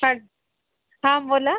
हा बोला